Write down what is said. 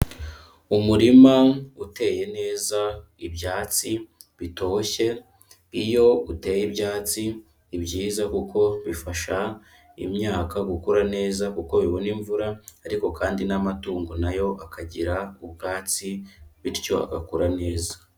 Umurima uteye neza, ibyatsi bitoshye, iyo uteye ibyatsi, ni byiza kuko bifasha imyaka gukura neza kuko bibona imvura ariko kandi n'amatungo na yo akagira ubwatsi bityo agakura neza.